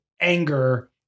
anger